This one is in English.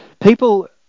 people